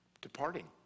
departing